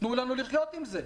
תנו לנו לחיות עם זה.